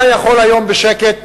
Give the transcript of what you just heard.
אתה יכול היום בשקט